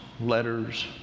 letters